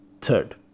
third